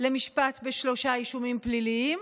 למשפט בשלושה אישומים פליליים